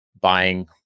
buying